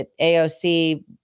AOC